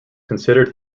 considered